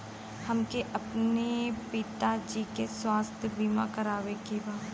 हमके अपने पिता जी के स्वास्थ्य बीमा करवावे के बा?